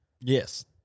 Yes